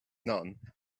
none